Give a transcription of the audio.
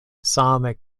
same